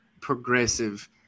progressive